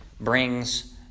brings